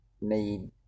need